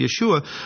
Yeshua